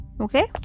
Okay